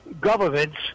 governments